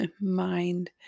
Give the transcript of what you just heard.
mind